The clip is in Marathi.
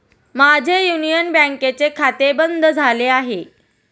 माझे युनियन बँकेचे खाते बंद झाले आहे